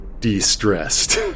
de-stressed